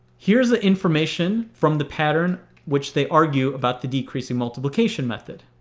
here's the information from the pattern which they argue about the decreasing multiplication method.